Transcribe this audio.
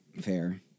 fair